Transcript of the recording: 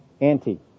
anti